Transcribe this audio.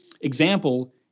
example